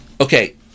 Okay